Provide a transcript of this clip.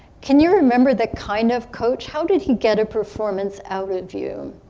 can you remember the kind of coach? how did he get a performance out of you?